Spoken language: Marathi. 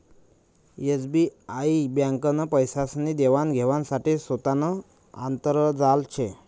एसबीआई ब्यांकनं पैसासनी देवान घेवाण साठे सोतानं आंतरजाल शे